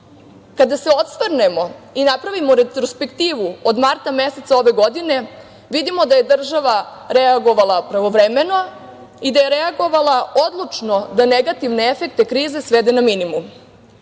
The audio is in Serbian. se osvrnemo i napravimo retrospektivu od marta meseca ove godine, vidimo da je država reagovala pravovremeno i da je reagovala odlučno, da negativne efekte krize svede na minimum. Država